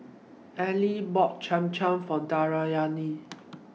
Eli bought Cham Cham For Deyanira